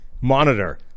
monitor